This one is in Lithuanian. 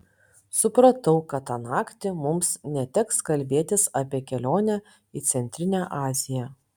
supratau kad tą naktį mums neteks kalbėtis apie kelionę į centrinę aziją